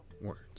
words